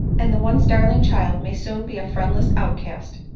and the once darling child may soon be a friendless outcast!